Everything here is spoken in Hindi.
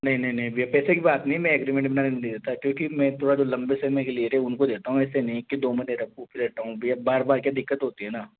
नहीं नहीं नहीं भैया पैसे की बात नहीं मैं अग्रीमेंट बिना नहीं देता क्योंकि मैं थोड़ा जो लंबे समय के लिए रहे उनको देता हूँ ऐसे नहीं की दो महीने रखो फिर हटाऊं भैया बार बार क्या दिक्कत होती है ना